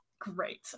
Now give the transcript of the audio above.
great